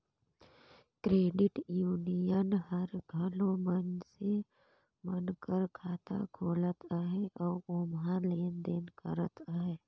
credit union हर घलो मइनसे मन कर खाता खोलत अहे अउ ओम्हां लेन देन करत अहे